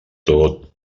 tot